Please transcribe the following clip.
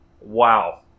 Wow